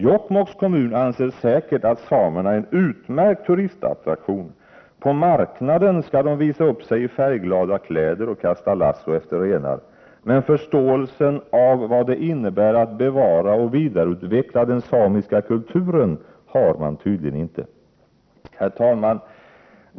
Jokkmokks kommun anser säkert att samerna är en utmärkt turistattraktion, på marknaden skall de visa upp sig i färggranna kläder och kasta lasso efter renar, men förståelsen av vad det innebär att bevara och vidareutveckla den samiska kulturen har man tydligen inte. Herr talman!